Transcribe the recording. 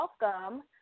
welcome